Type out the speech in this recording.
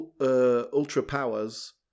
ultra-powers